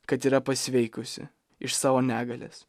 kad yra pasveikusi iš savo negalės